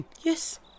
Yes